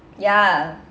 ya